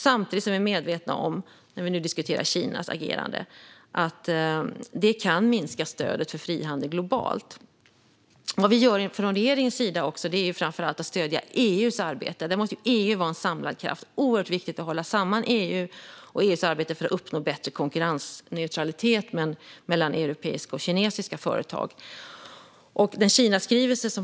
Samtidigt är jag medveten om, när vi nu diskuterar Kinas agerande, att det kan minska stödet för frihandel globalt. Vad regeringen framför allt gör är att stödja EU:s arbete. EU måste vara en samlad kraft, och därför är det viktigt att hålla samman EU och EU:s arbete för att uppnå större konkurrensneutralitet mellan europeiska och kinesiska företag.